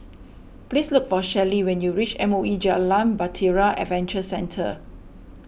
please look for Shelli when you reach M O E Jalan Bahtera Adventure Centre